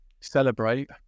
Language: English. celebrate